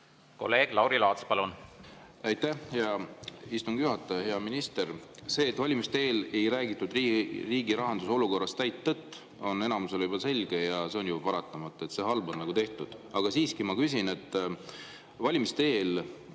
Kolleeg Lauri Laats, palun!